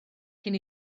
cyn